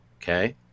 Okay